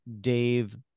Dave